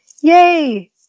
yay